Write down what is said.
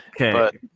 okay